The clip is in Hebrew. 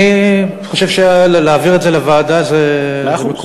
אני חושב שלהעביר את זה לוועדה זה מקובל.